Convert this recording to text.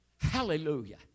Hallelujah